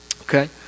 okay